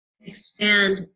Expand